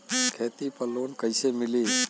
खेती पर लोन कईसे मिली?